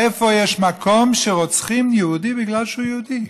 איפה יש מקום שרוצחים יהודי בגלל שהוא יהודי?